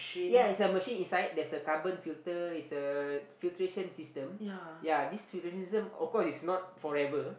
ya it's a machine inside there's a carbon filter it's a filtration system ya this filtration system of course is not forever